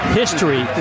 history